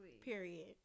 Period